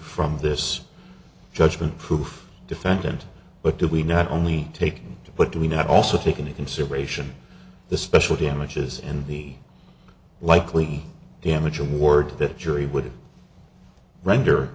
from this judgment proof defendant but do we not only take but do we not also take into consideration the special damages and the likely damage award that the jury would render